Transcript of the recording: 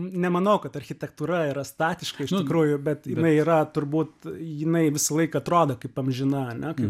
nemanau kad architektūra yra statiška iš tikrųjų bet jinai yra turbūt jinai visą laiką atrodo kaip amžina ane kai